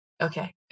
okay